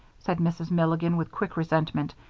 said mrs. milligan, with quick resentment.